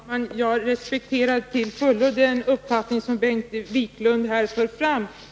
Herr talman! Jag respekterar till fullo den uppfattning som Bengt Wiklund här för fram.